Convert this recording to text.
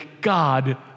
God